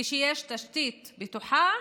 כשיש תשתית בטוחה,